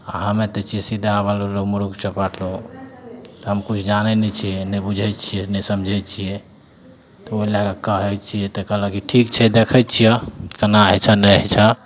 आओर हमे तऽ छियै सीधा मुर्ख चपाट लोग तऽ हम किछु जानय नहि छियै ने बुझय छियै ने समझय छियै तऽ ओइ लए कऽ कहय छियै तऽ कहलक ठीक छै देखय छियह केना हइ छऽ नहि होइ छऽ